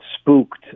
spooked